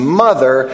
mother